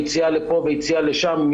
יציאה לפה ויציאה לשם,